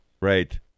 right